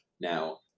now